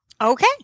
okay